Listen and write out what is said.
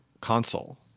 console